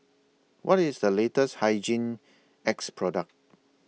What IS The latest Hygin X Product